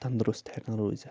تندرُست ہٮ۪کَن روٗزِتھ